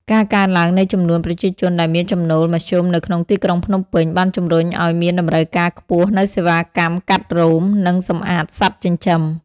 ការកើនឡើងនៃចំនួនប្រជាជនដែលមានចំណូលមធ្យមនៅក្នុងទីក្រុងភ្នំពេញ បានជំរុញឱ្យមានតម្រូវការខ្ពស់នូវសេវាកម្មកាត់រោម និងសម្អាតសត្វចិញ្ចឹម។